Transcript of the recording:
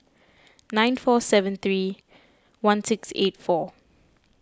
nine four seven three one six eight four